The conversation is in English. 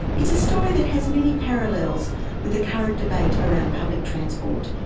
it's a story that has many parallels with the current debate around public transport.